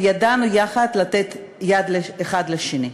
וידענו יחד לתת יד האחד לשני.